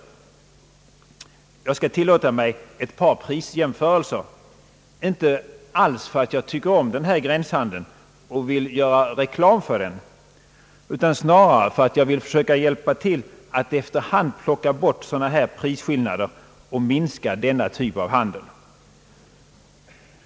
Jag skall tillåta mig ett par prisjämförelser — inte för att jag tycker om denna gränshandel och vill göra reklam för den utan snarare för att jag vill försöka hjälpa till att efter hand plocka bort sådana här prisskillnader och minska denna typ av handel.